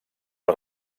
els